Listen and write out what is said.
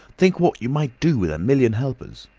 think what you might do with a million helpers